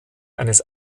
eines